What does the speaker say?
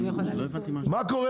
מה קורה